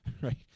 right